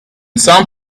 some